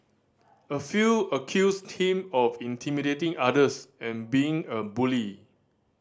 a few accused him of intimidating others and being a bully